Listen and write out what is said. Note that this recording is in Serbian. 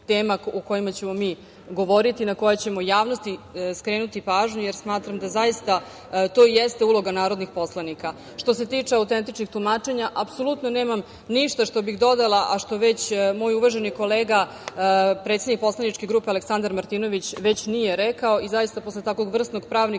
tema o kojima ćemo mi govoriti, na koje ćemo u javnosti skrenuti pažnju jer smatram da zaista to jeste uloga narodnih poslanika. Što se tiče autentičnog tumačenja, apsolutno nemam ništa što bih dodala, a što već moj uvaženi kolega predsednik poslaničke grupe Aleksandar Martinović već nije rekao i zaista posle tako vrsnog pravnika,